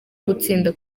gutsinda